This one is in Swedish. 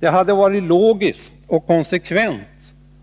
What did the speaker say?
Det hade varit logiskt och konsekvent